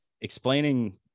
explaining –